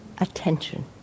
attention